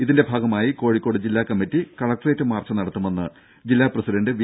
ഇതിന്റെ ഭാഗമായി കോഴിക്കോട് ജില്ലാ കമ്മറ്റി കലക്ട്രേറ്റ് മാർച്ച് നടത്തുമെന്ന് ജില്ലാ പ്രസിഡൻറ് വി